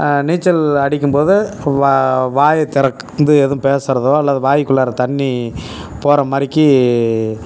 நீச்சல் அடிக்கும் போது வா வாய தெறந்து எதுவும் பேசுறதோ அல்லது வாய்க்குள்ளாற தண்ணி போகிற மாதிரிக்கி